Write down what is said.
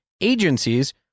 agencies